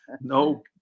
no